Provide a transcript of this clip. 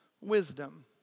wisdom